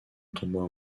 tombant